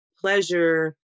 pleasure